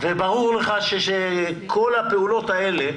ברור לך שבכל הפעולות האלה